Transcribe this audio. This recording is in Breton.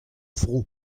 vro